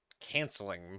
canceling